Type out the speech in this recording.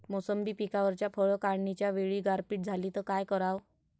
मोसंबी पिकावरच्या फळं काढनीच्या वेळी गारपीट झाली त काय कराव?